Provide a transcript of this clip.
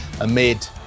amid